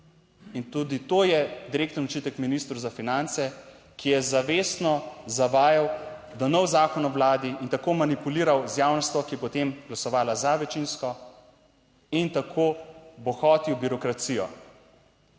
In tudi to je direkten očitek ministru za finance, ki je zavestno zavajal, da, nov zakon o vladi in tako manipuliral z javnostjo, ki je potem glasovala za večinsko in tako bohotil birokracijo